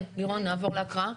כן, לירון, נעבור להקראה.